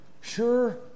sure